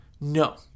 No